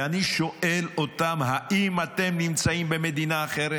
ואני שואל אותם: האם אתם נמצאים במדינה אחרת?